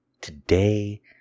today